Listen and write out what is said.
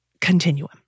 continuum